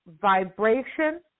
vibration